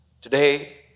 Today